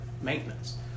maintenance